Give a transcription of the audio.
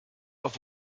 auf